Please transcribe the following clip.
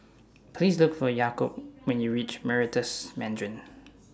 Please Look For Jakob when YOU REACH Meritus Mandarin